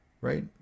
right